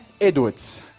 Edwards